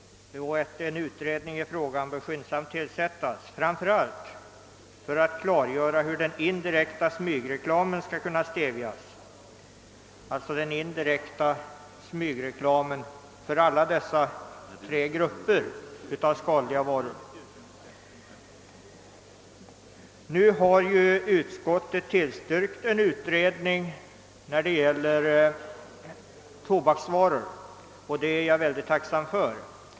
En utredning i frågan bör skyndsamt tillsättas, framför allt för att klargöra hur den indirekta smygreklamen skall kunna stävjas. Det gäller den indirekta smygreklamen för alla dessa tre grupper av skadliga varor. Utskottet har tillstyrkt en utredning beträffande reklam för tobaksvaror, och det är jag mycket tacksam för.